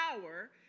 power